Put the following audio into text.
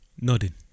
nodding